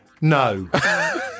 NO